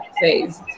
phase